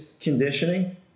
conditioning